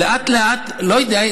לאט-לאט, לא יודע,